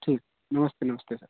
ठीक नमस्ते नमस्ते सर